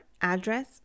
address